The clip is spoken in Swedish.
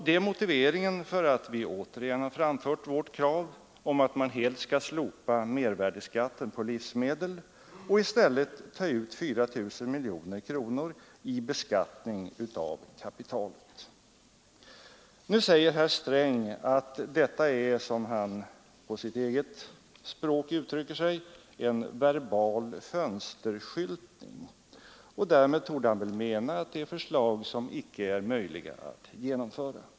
Det är motiveringen för att vi återigen har framfört vårt krav på att man helt skall slopa mervärdeskatten på livsmedel och i stället ta ut 4 miljoner kronor i beskattning av kapitalet. Nu säger herr Sträng att detta är, som han på sitt eget språk uttrycker sig, en verbal fönsterskyltning. Därmed torde han väl mena att det är förslag som icke är möjliga att genomföra.